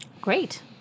Great